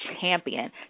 champion